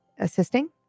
Assisting